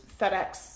FedEx